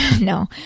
no